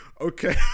okay